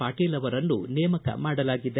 ಪಾಟೀಲ್ ಅವರನ್ನು ನೇಮಕ ಮಾಡಲಾಗಿದೆ